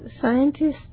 Scientists